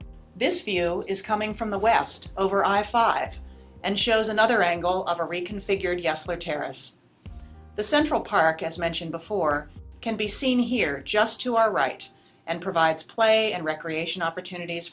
this feel is coming from the west over i five and shows another angle of a reconfigured yesler terrace the central park as mentioned before can be seen here just to our right and provides play and recreation opportunities